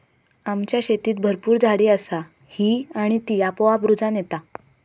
आमच्या शेतीत भरपूर झाडी असा ही आणि ती आपोआप रुजान येता